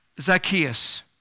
Zacchaeus